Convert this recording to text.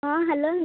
ହଁ ହ୍ୟାଲୋ